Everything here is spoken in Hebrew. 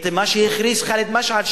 את מה שהכריז ח'אלד משעל,